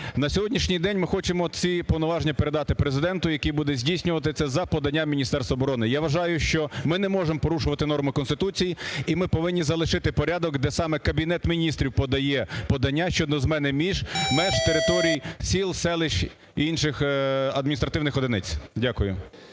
На сьогоднішній день ми хочемо ці повноваження передати Президенту, який буде здійснювати це за поданням Міністерства оборони. Я вважаю, що ми не можемо порушувати норму Конституції і ми повинні залишити порядок, де саме Кабінет Міністрів подає подання щодо зміни меж територій сіл, селищ і інших адміністративних одиниць. Дякую.